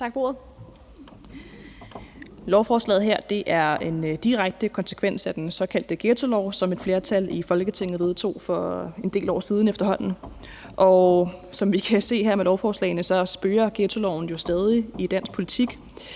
Tak for ordet. Lovforslaget her er en direkte konsekvens af den såkaldte ghettolov, som et flertal i Folketinget vedtog for en del år siden efterhånden. Som vi kan se her med lovforslagene, spøger ghettoloven jo stadig i dansk politik.